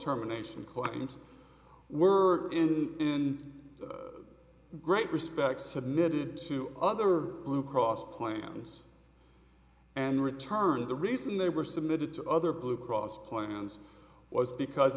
terminations clients were in great respect submitted to other blue cross plans and returned the reason they were submitted to other blue cross plans was because